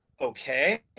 okay